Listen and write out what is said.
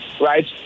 right